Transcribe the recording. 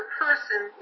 person